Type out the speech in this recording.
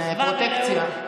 זה פרוטקציה.